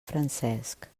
francesc